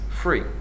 free